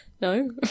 No